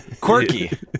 Quirky